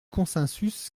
consensus